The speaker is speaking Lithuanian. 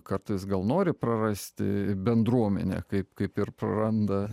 kartais gal nori prarasti bendruomenę kaip kaip ir praranda